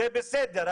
זה בסדר.